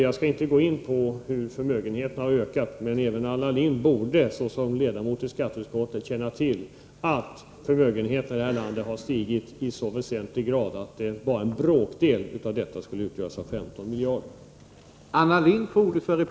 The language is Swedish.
Jag skall inte gå in på hur förmögenheterna har ökat, men som ledamot av skatteutskottet borde även Anna Lindh känna till att förmögenheterna i det här landet har ökat i så hög grad att 15 miljarder bara utgör en bråkdel av dem.